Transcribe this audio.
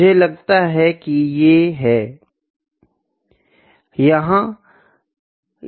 मुझे लगता है की ये लीनियर है